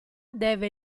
deve